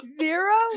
Zero